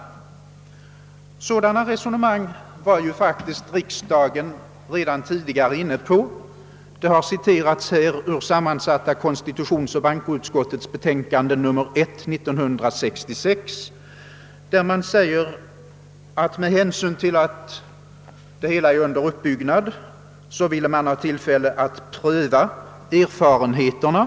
Sådana resonemang har riksdagen tidigare varit inne på. Här har citerats ur sammansatta konstitutionsoch bankoutskottets betänkande nr 1 år 1966, där det står att med bänsyn till att hela organisationen är under uppbyggnad vill man först avvakta erfarenheterna.